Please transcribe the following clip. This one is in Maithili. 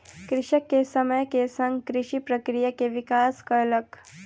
कृषक समय के संग कृषि प्रक्रिया के विकास कयलक